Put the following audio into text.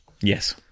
Yes